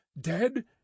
dead